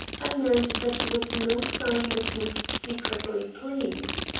i learned that it was no sign that he was secretly pleased.